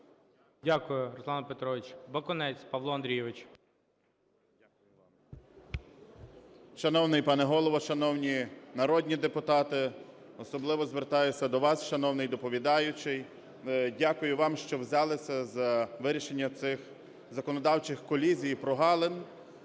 Дякую, Руслане Петровичу. Бакунець Павло Андрійович. 11:50:01 БАКУНЕЦЬ П.А. Шановний пане Голово, шановні народні депутати, особливо звертаюся до вас, шановний доповідаючий! Дякую вам, що взялися за вирішення цих законодавчих колізій і прогалин.